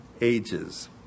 ages